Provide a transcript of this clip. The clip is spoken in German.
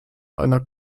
einer